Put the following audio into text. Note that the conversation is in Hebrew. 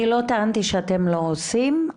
אני לא טענתי שאתם לא עושים.